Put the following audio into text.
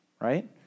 right